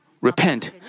repent